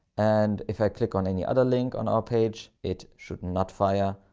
and if i click on any other link on our page, it should not fire.